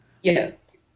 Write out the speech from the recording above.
Yes